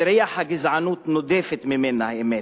שריח הגזענות נודף ממנה, האמת.